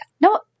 No